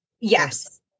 Yes